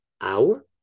hour